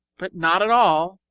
but not at all!